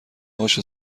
هاشو